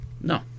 no